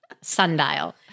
Sundial